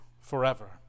forever